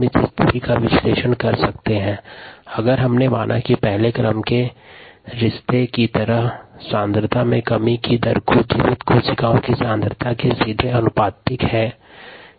इस स्थिति का विश्लेषण करना संभव हैं यदि हम मानते है कि फर्स्ट आर्डर रिलेशनशिप की तरह सांद्रता में कमी दर को जीवित कोशिका सांद्रता के सीधे समानुपाती है